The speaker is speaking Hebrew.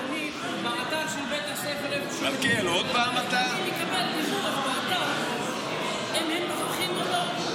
באתר של בית הספר איפה --- אני מקבל דיווח באתר אם הם נוכחים או לא.